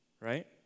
right